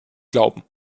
glauben